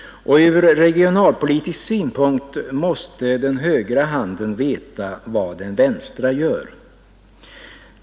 Och ur regionalpolitisk synpunkt måste den högra handen veta vad den vänstra gör.